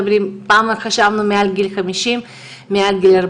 כמובן נשמע את עמדת משרד הבריאות ואת תכנית העבודה שלו בנושא הזה.